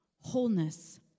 wholeness